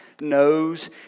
knows